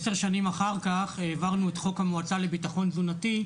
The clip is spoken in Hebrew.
10 שנים אחר-כך העברנו את חוק המועצה לביטחון תזונתי,